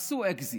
עשו אקזיט.